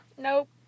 Nope